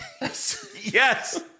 Yes